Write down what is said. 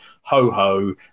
ho-ho